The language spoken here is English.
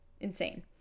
insane